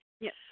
Yes